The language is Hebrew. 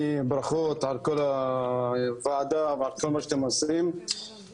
ברכות על כל הוועדה ועל כל מה שאתם עושים ואני